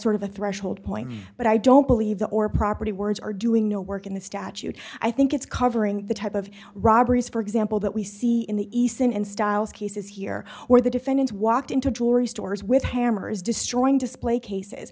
sort of a threshold point but i don't believe the or property words are doing no work in the statute i think it's covering the type of robberies for example that we see in the east and styles cases here where the defendants walked into jewelry stores with hammers destroying display cases